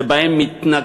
שבו הם מתנכלים,